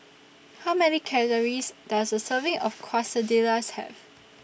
How Many Calories Does A Serving of Quesadillas Have